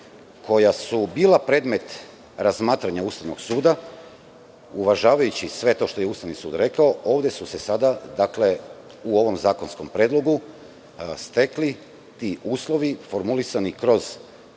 koja su bila predmet razmatranja Ustavnog suda uvažavajući sve to što je Ustavni sud rekao, ovde u ovom zakonskom predlogu su se stekli uslovi formulisani kroz